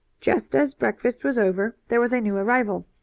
just as breakfast was over there was a new arrival.